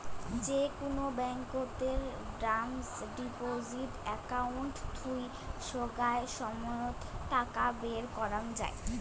যে কুনো ব্যাংকতের ডিমান্ড ডিপজিট একাউন্ট থুই সোগায় সময়ত টাকা বের করাঙ যাই